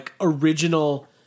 original